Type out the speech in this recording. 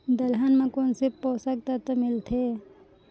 दलहन म कोन से पोसक तत्व मिलथे?